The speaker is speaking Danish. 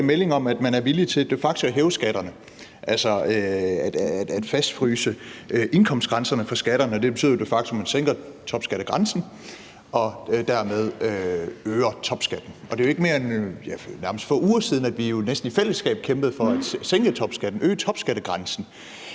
de facto at hæve skatterne, altså at fastfryse indkomstgrænserne for skatterne, og det betyder jo de facto, at man sænker topskattegrænsen og dermed øger topskatten. Og det er ikke mere end nærmest få uger siden, at vi jo næsten i fællesskab kæmpede for at sænke topskatten, øge topskattegrænsen.